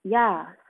ya